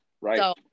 Right